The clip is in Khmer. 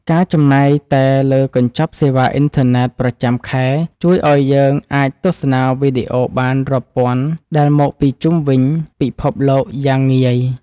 ការចំណាយតែលើកញ្ចប់សេវាអ៊ីនធឺណិតប្រចាំខែជួយឱ្យយើងអាចទស្សនាវីដេអូបានរាប់ពាន់ដែលមកពីជុំវិញពិភពលោកយ៉ាងងាយ។